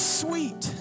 sweet